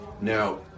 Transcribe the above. Now